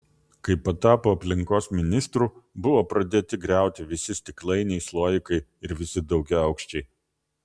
kai patapo aplinkos ministru buvo pradėti griauti visi stiklainiai sloikai ir visi daugiaaukščiai